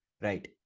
right